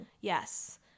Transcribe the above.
Yes